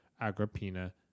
Agrippina